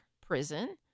prison